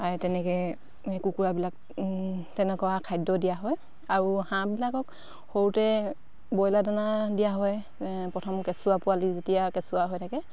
তেনেকে কুকুৰাবিলাক তেনেকুৱা খাদ্য দিয়া হয় আৰু হাঁহবিলাকক সৰুতে ব্ৰইলাৰ দানা দিয়া হয় প্ৰথম কেঁচুৱা পোৱালি যেতিয়া কেঁচুৱা হৈ থাকে